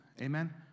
amen